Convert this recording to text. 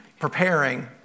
preparing